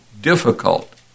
difficult